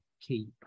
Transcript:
key